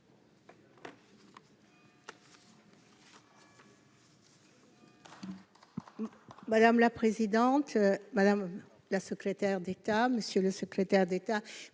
Madame la présidente, madame la secrétaire d'État, monsieur le secrétaire d'État,